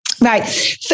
Right